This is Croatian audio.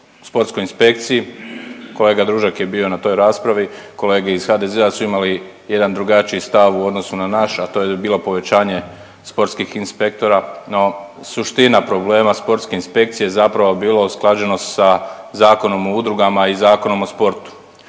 o sportskoj inspekciji, kolega Družak je bio na toj raspravi kolege iz HDZ-a su imali jedan drugačiji stav u odnosu na naš, a to je bilo povećanje sportskih inspektora no suština problema sportske inspekcije zapravo je bila usklađenost sa Zakonom o udrugama i Zakonom o sportu.